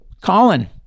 Colin